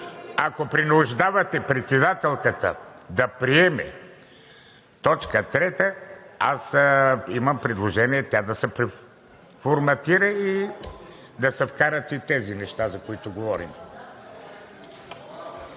ако принуждавате председателката да приема точка трета, имам предложение тя да се преформатира и да се вкарат и тези неща, за които говорим.